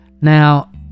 Now